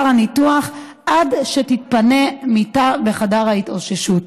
הניתוח עד שתתפנה מיטה בחדר ההתאוששות.